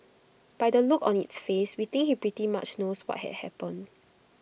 by the look on its face we think he pretty much knows what had happened